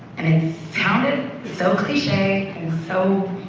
and it sounded so cliche and so